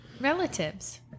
relatives